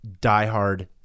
diehard